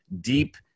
deep